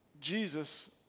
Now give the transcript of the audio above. Jesus